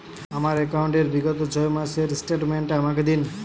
আমার অ্যাকাউন্ট র বিগত ছয় মাসের স্টেটমেন্ট টা আমাকে দিন?